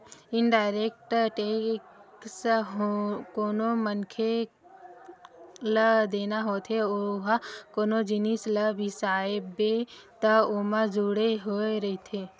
indirect tax कोनो मनखे ल देना होथे ओहा कोनो जिनिस ल बिसाबे त ओमा जुड़े होय रहिथे